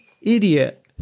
idiot